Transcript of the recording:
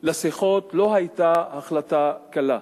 לשיחות לא היתה החלטה קלה.